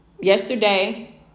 Yesterday